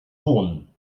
sohn